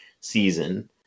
season